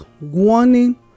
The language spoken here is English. warning